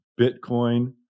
Bitcoin